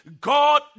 God